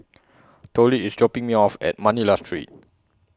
Tollie IS dropping Me off At Manila Street